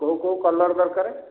କେଉଁ କେଉଁ କଲର୍ ଦରକାର